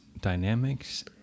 dynamics